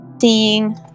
seeing